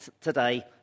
today